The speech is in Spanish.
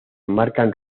marcan